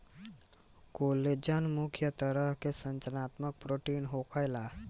collagen मुख्य तरह के संरचनात्मक प्रोटीन होखेला